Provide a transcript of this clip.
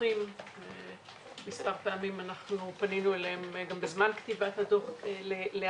מומחים ופנינו אליהם מספר פעמים בזמן כתיבת הדוח להשלמות.